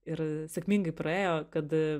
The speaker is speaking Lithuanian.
ir sėkmingai praėjo kad